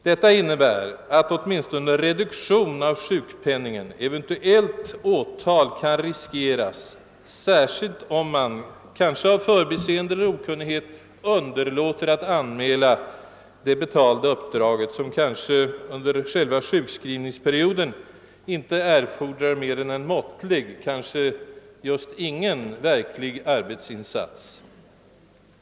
Detta innebär att åtminstone en reduktion av sjukpenningen och eventuellt åtal kan riskeras, särskilt om man — av t.ex. förbiseende eller okunnighet — underlåter att anmäla det betalda uppdraget, som under själva sjukskrivningsperioden kanske inte fordrar mer än en måttlig eller just ingen verklig arbetsinsats.